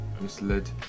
misled